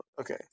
Okay